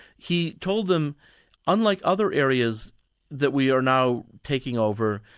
he told them unlike other areas that we are now taking over,